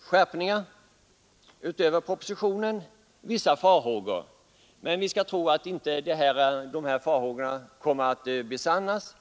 skärpningar utöver propositionen, anfört vissa farhågor. Men vi tror att dessa farhågor inte besannas.